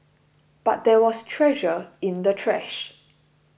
but there was treasure in the trash